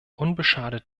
unbeschadet